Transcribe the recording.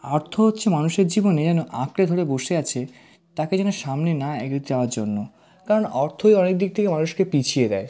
অর্থ হচ্ছে মানুষের জীবনে যেন আঁকড়ে ধরে বসে আছে তাকে যেন সামনে না এগিয়ে যাওয়ার জন্য কারণ অর্থ অনেক দিক থেকে মানুষকে পিছিয়ে দেয়